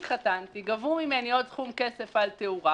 את המספר שלך מאחותי,